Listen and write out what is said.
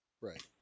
Right